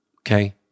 Okay